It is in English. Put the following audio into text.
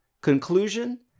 Conclusion